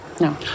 no